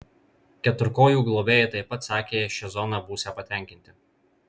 keturkojų globėjai taip pat sakė šia zona būsią patenkinti